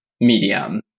medium